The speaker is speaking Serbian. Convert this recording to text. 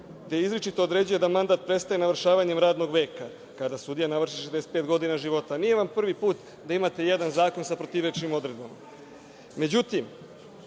gde izričito određuje da mandat prestaje navršavanjem radnog veka, kada sudija navrši 65 godina života. Nije vam prvi put da imate jedan zakon sa protivrečnim